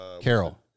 Carol